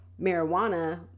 marijuana